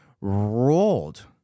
rolled